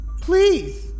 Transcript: Please